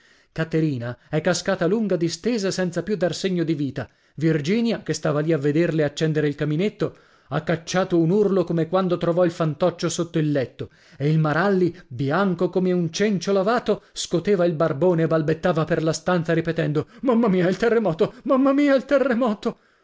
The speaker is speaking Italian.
caterina è cascata lunga distesa senza più dar segno di vita virginia che stava lì a vederle accendere il caminetto ha cacciato un urlo come quando trovò il fantoccio sotto il letto e il maralli bianco come un cencio lavato scoteva il barbone e ballettava per la stanza ripetendo mamma mia il terremoto mamma mia il terremoto